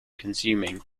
consuming